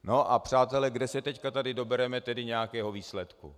No a přátelé, kde se teď tady dobereme nějakého výsledku?